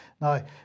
Now